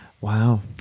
Wow